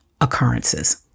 occurrences